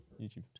YouTube